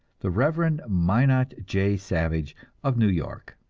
the reverend minot j. savage of new york.